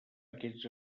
aquests